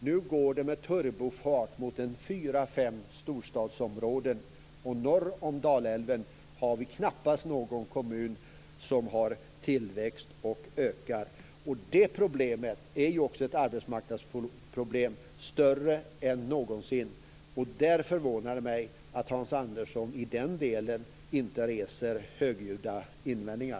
Nu går det med turbofart i fyra fem storstadsområden, men norr om Dalälven är det knappast någon kommun som har ökad tillväxt. Det problemet är ju också ett arbetsmarknadsproblem som är större än någonsin. Därför förvånar det mig att Hans Andersson inte i den delen reser högljudda invändningar.